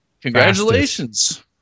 Congratulations